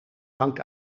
hangt